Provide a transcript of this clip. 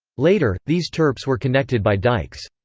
later, these terps were connected by dikes.